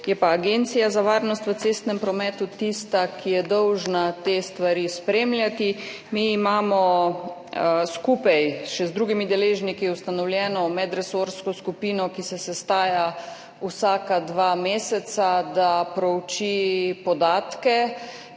je pa Agencija za varnost prometa tista, ki je dolžna spremljati te stvari. Mi imamo skupaj z drugimi deležniki ustanovljeno medresorsko skupino, ki se sestaja vsaka dva meseca, da prouči podatke,